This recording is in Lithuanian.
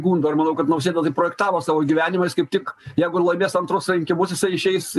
gundo ir manau kad nausėda taip projektavo savo gyvenimą jis kaip tik jeigu laimės antrus rinkimus jisai išeis